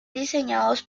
diseñados